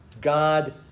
God